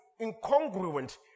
incongruent